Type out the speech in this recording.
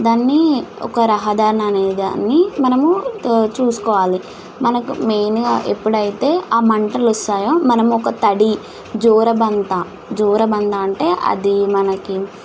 దాన్ని ఒక రహదారిని అనేదాన్ని మనము చూసుకోవాలి మనకు మెయిన్గా ఎప్పుడైతే ఆ మంటలు వస్తాయో మనం ఒక తడి జోరబంత జోరబంధా అంటే అది మనకి